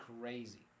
crazy